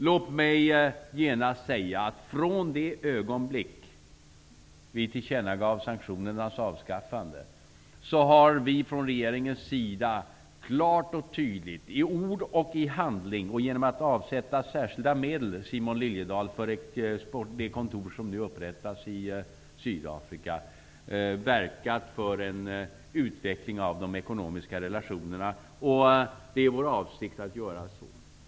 Låt mig genast säga att vi, från det ögonblick vi tillkännagav sanktionernas avskaffande, från regeringens sida har verkat för en utveckling av de ekonomiska relationerna, klart och tydligt i ord och handling och genom att avsätta särskilda medel för det kontor som nu upprättas i Sydafrika. Det är vår avsikt att göra så.